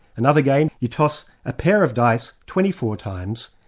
another game, you toss a pair of dice twenty four times,